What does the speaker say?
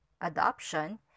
adoption